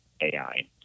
AI